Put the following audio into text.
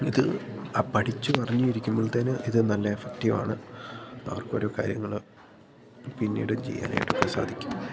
ഇത് അ പഠിച്ച് പറഞ്ഞ് ഇരിക്കുമ്പോൾത്തേന് ഇത് നല്ല എഫക്റ്റീവ് ആണ് അവർക്ക് ഓരോ കാര്യങ്ങൾ പിന്നീട് ചെയ്യാനായിട്ടൊക്കെ സാധിക്കും ഓക്കെ